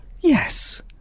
yes